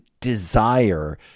desire